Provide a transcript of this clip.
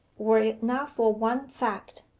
were it not for one fact,